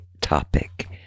topic